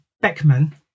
Beckman